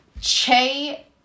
Che